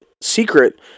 secret